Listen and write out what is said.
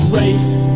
race